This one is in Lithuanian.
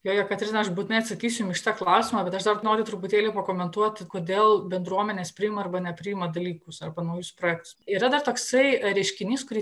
jo jekaterina aš būtinai atsakysiu jum į šitą klausimą bet aš dar noriu truputėlį pakomentuoti kodėl bendruomenės priima arba nepriima dalykus arba naujus projektus yra dar toksai reiškinys kurį